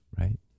right